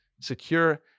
secure